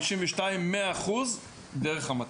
בפיילוט 52 100% דרך המת"ק.